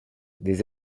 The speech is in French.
des